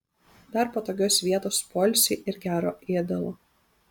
dar patogios vietos poilsiui ir gero ėdalo